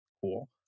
Cool